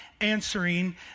answering